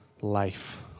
life